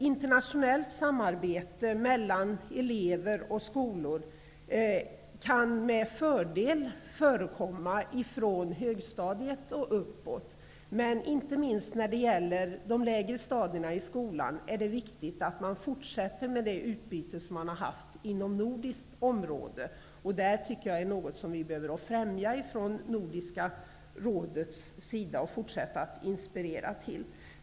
Internationellt samarbete mellan elever och skolor kan med fördel förekomma från högstadiet och uppåt. Inte minst på skolans lägre stadier är det viktigt att fortsätta det utbyte som man har haft inom det nordiska området. Detta är något som Nordiska rådet bör främja och fortsätta att inspirera till.